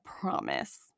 promise